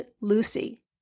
Lucy